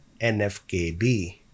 nfkb